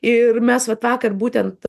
ir mes vat vakar būtent